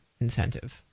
incentive